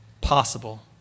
possible